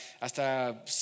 hasta